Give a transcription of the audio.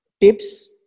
tips